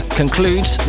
concludes